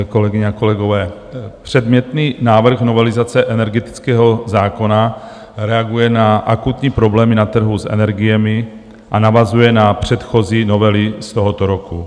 Kolegyně a kolegové, předmětný návrh novelizace energetického zákona reaguje na akutní problémy na trhu s energiemi a navazuje na předchozí novely z tohoto roku.